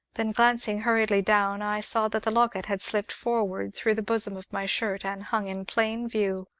then, glancing hurriedly down, i saw that the locket had slipped forward through the bosom of my shirt, and hung in plain view.